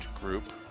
group